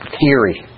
theory